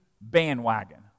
bandwagon